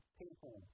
people